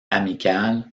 amical